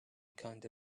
kinda